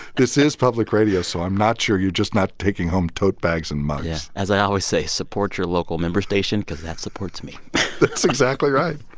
this is public radio, so i'm not sure you're just not taking home tote bags and mugs as i always say, support your local member station because that supports me that's exactly right